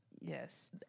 Yes